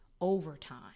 overtime